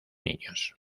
niños